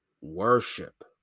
worship